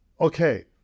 okay